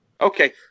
Okay